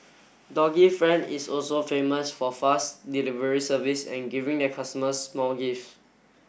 doggy friend is also famous for fast delivery service and giving their customers small gift